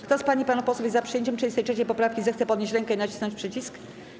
Kto z pań i panów posłów jest za przyjęciem 33. poprawki, zechce podnieść rękę i nacisnąć przycisk.